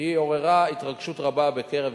עוררה התרגשות רבה בבית